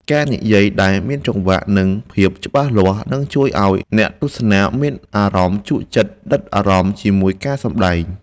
ការនិយាយដែលមានចង្វាក់ និង ភាពច្បាស់លាស់នឹងជួយឱ្យអ្នកទស្សនាមានអារម្មណ៍ជក់ចិត្តដិតអារម្មណ៍ជាមួយការសម្តែង។